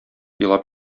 елап